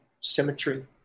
symmetry